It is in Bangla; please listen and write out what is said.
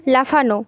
লাফানো